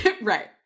Right